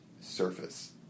surface